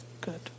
good